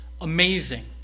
amazing